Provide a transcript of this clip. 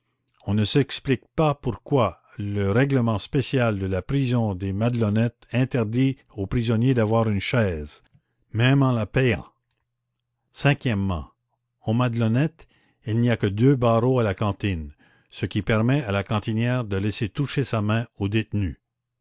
on ne s'explique pas pourquoi le règlement spécial de la prison des madelonnettes interdit au prisonnier d'avoir une chaise même en la payant cinquièmement aux madelonnettes il n'y a que deux barreaux à la cantine ce qui permet à la cantinière de laisser toucher sa main aux détenus